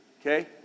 Okay